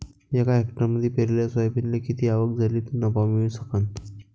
एका हेक्टरमंदी पेरलेल्या सोयाबीनले किती आवक झाली तं नफा मिळू शकन?